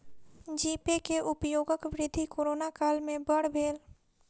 जी pay के उपयोगक वृद्धि कोरोना काल में बड़ भेल